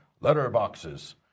letterboxes